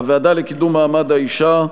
הוועדה לקידום מעמד האישה,